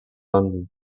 landing